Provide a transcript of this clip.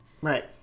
Right